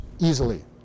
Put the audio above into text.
easily